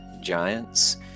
giants